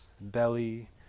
belly